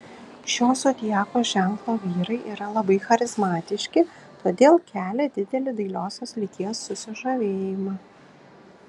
šio zodiako ženklo vyrai yra labai charizmatiški todėl kelia didelį dailiosios lyties susižavėjimą